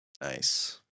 Nice